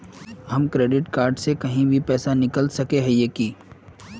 हम credit card से कहीं भी पैसा निकल सके हिये की?